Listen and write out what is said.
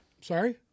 Sorry